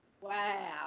wow